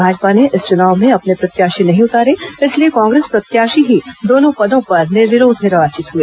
भाजपा ने इस चुनाव में अपने प्रत्याशी नहीं उतारे इसलिए कांग्रेस प्रत्याशी ही दोनों पदों पर निर्विरोध निर्वाचित हुए